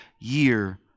year